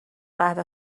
قهوه